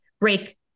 break